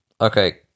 okay